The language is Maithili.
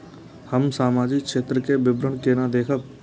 हम सामाजिक क्षेत्र के विवरण केना देखब?